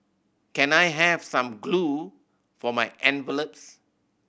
can I have some glue for my envelopes